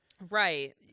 Right